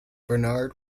bernard